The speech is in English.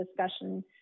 discussion